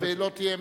תודה רבה.